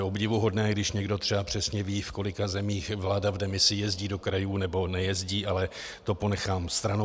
To je obdivuhodné, když někdo třeba přesně ví, v kolika zemích vláda v demisi jezdí do krajů nebo nejezdí, ale to ponechám stranou.